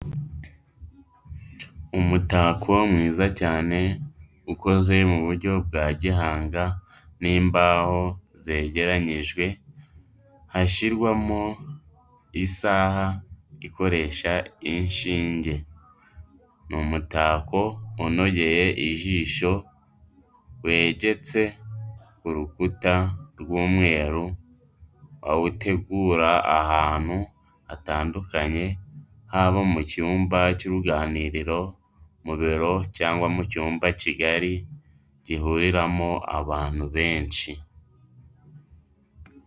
Umutako mwiza cyane ukoze mu buryo bwa gihanga ni imbaho zegeranyijwe, hashyirwamo isaha ikoresha inshinge, ni umutako unogeye ijisho wegetse ku rukuta rw'umweru wawutegura ahantu hatandukanye haba mu cyumba cy'uruganiriro, mu biro, cyangwa mu cyumba kigari gihuriramo abantu benshi.